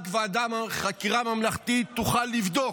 רק ועדת חקירה ממלכתית תוכל לבדוק,